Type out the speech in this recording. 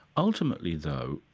ultimately though,